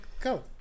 go